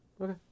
Okay